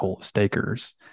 stakers